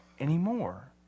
anymore